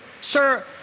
sir